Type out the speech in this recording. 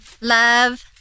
love